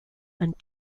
and